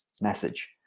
message